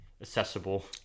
accessible